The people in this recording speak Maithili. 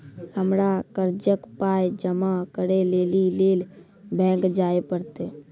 हमरा कर्जक पाय जमा करै लेली लेल बैंक जाए परतै?